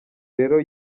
rero